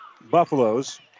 Buffaloes